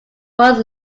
was